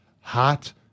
hot